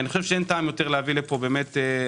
אין טעם יותר להביא לפה עמותות.